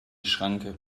schranke